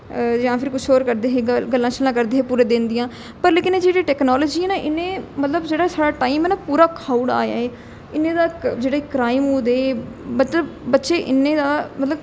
जां फिर कुछ होर करदे हे गल्लां शल्लां करदे हे पूरा दिन दियां पर लेकिन एह् जेह्ड़ी टैक्नोलाजी ऐ ना इ'नें मतलब जेह्ड़ा साढ़ा टाइम ऐ ना पूरा खाई ओड़े दा ऐ एह् इन्नी ज्यादा जेह्ड़े क्राइम होआ दे मतलब बच्चे इन्ने ज्यादा मतलब